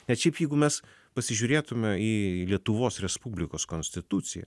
net šiaip jeigu mes pasižiūrėtume į lietuvos respublikos konstituciją